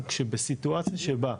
הוא כשבסיטואציה שבה,